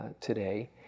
today